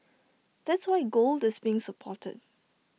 that's why gold is being supported